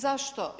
Zašto?